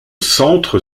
centre